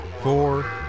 four